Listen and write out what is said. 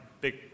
big